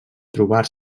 trobar